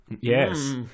Yes